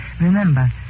Remember